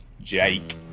Jake